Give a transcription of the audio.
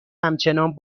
همچنان